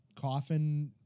coffin